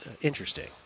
interesting